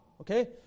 okay